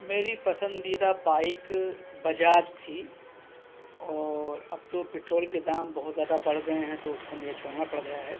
میری پسندیدہ بائک بجاج تھی اور اب تو پیٹرول کے دام بہت زیادہ بڑھ گئے ہیں تو اس کو مجھے چھوڑنا پڑ گیا ہے